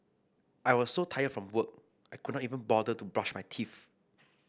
I was so tired from work I could not even bother to brush my teeth